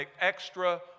extra